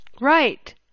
Right